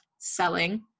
selling